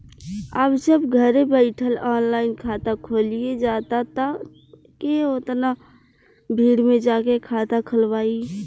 अब जब घरे बइठल ऑनलाइन खाता खुलिये जाता त के ओतना भीड़ में जाके खाता खोलवाइ